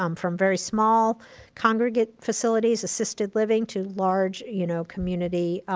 um from very small congregate facilities, assisted living, to large you know community